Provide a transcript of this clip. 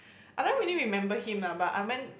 I don't really remember him lah but I went